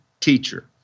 teacher